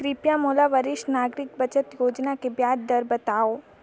कृपया मोला वरिष्ठ नागरिक बचत योजना के ब्याज दर बतावव